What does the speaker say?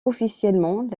officiellement